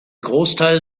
großteil